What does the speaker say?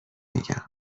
میگم